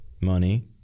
Money